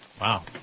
Wow